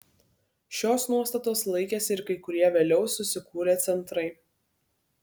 šios nuostatos laikėsi ir kai kurie vėliau susikūrę centrai